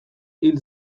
hil